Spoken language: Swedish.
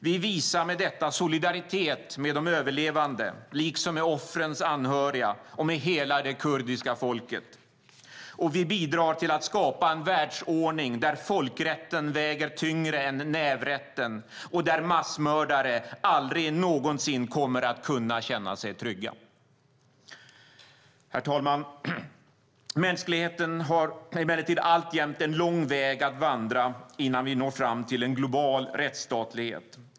Vi visar med detta solidaritet med de överlevande liksom med offrens anhöriga och med hela det kurdiska folket, och vi bidrar till att skapa en världsordning där folkrätten väger tyngre än nävrätten och där massmördare aldrig någonsin kommer att kunna känna sig trygga. Herr talman! Mänskligheten har emellertid alltjämt en lång väg att vandra innan vi når fram till en global rättsstatlighet.